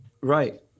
Right